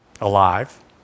alive